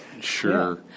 Sure